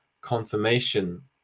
confirmation